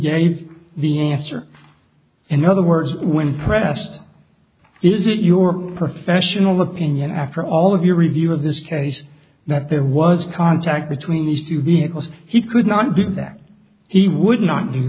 gave the answer in other words when pressed is it your professional opinion after all of your review of this case that there was contact between these two vehicles he could not do that he would